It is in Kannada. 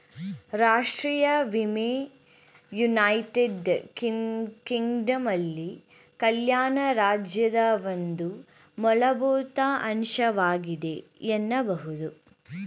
ರಾಷ್ಟ್ರೀಯ ವಿಮೆ ಯುನೈಟೆಡ್ ಕಿಂಗ್ಡಮ್ನಲ್ಲಿ ಕಲ್ಯಾಣ ರಾಜ್ಯದ ಒಂದು ಮೂಲಭೂತ ಅಂಶವಾಗಿದೆ ಎನ್ನಬಹುದು